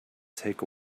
take